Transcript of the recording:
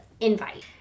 invite